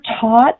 taught